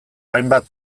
hainbat